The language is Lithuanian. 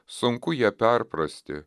sunku ją perprasti